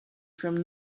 from